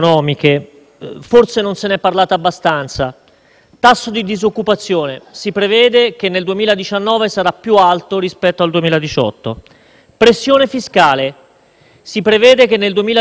*deficit* nominale: si prevede che nel 2019 sarà più alto rispetto al 2018. Il *deficit* strutturale: si prevede che nel 2019 sarà più alto rispetto al 2018.